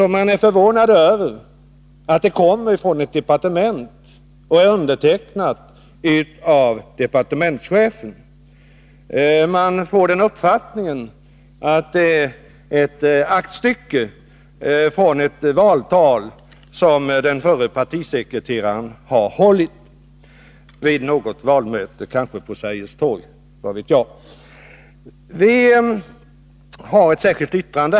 Man är förvånad över att det kommer från ett departement och är undertecknat av departementschefen. Man får den uppfattningen att det är ett aktstycke från ett valtal som den förre partisekreteraren har hållit vid något valmöte, kanske på Sergels torg — vad vet jag?